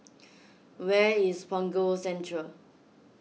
where is Punggol Central